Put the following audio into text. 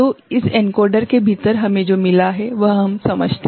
तो इस एनकोडर के भीतर हमें जो मिला है वह हम समझते हैं